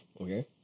Okay